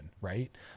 right